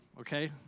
okay